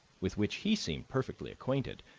with which he seemed perfectly acquainted,